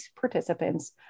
participants